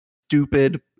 stupid